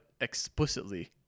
explicitly